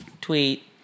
Tweet